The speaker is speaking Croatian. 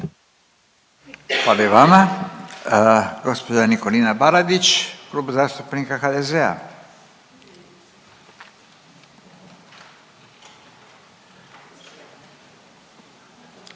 Hvala i vama. Gospođa Nikolina Baradić, Klub zastupnika HDZ-a.